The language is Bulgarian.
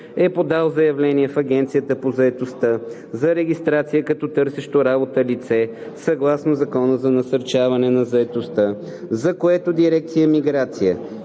е подал заявление в Агенцията по заетостта за регистрация като търсещо работа лице съгласно Закона за насърчаване на заетостта, за което дирекция „Миграция“